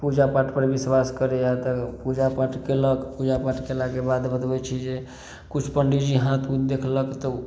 पूजापाठ पर बिश्वास करै तऽ पूजापाठ केलक पूजापाठ केलाके बाद बतबै छी जे किछु पंडी जी हाथ उथ देखलक तऽ